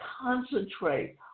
concentrate